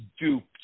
duped